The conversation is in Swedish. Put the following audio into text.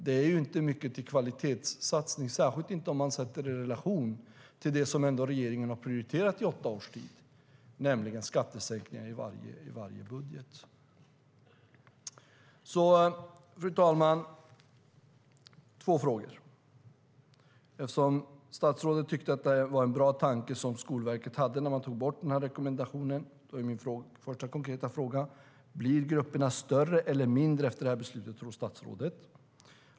Det är inte mycket till kvalitetssatsning, särskilt inte om man sätter det i relation till det som regeringen ändå har prioriterat i åtta års tid, nämligen skattesänkningar i varje budget. Fru talman! Jag har två frågor. Eftersom statsrådet tyckte att det var en bra tanke som Skolverket hade när man tog bort rekommendationen är min första konkreta fråga: Blir grupperna större eller mindre efter detta beslut, tror statsrådet?